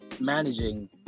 managing